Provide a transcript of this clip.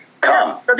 Come